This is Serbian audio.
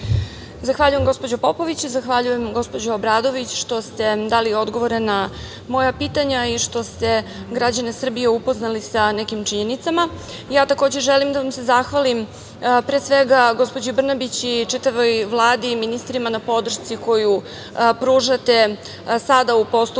Zahvaljujem, gospođo Popović i zahvaljujem, gospođo Obradović, što ste dali odgovore na moja pitanja i što ste građane Srbije upoznali sa nekim činjenicama. Ja, takođe, želim da vam se zahvalim, pre svega gospođi Brnabić i čitavoj Vladi i ministrima, na podršci koju pružate sada u postupku